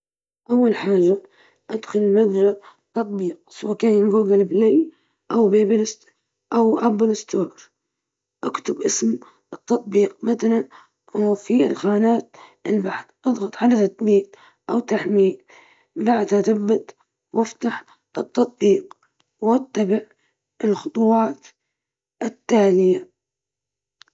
تفتح متجر التطبيقات على هاتفك، تبحث عن البرنامج اللي تبغى تثبته، تضغط على زر تثبيت وانتظر حتى يتم تحميله وتثبيته على الجهاز، بعد التثبيت، تقدر تفتحه وتبدأ استخدامه.